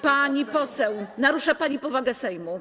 Pani poseł, narusza pani powagę Sejmu.